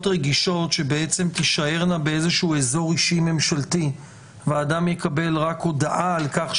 לראות אם הוספת הפרטים הם באישור ועדה מוועדות הכנסת,